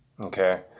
Okay